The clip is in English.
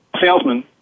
salesman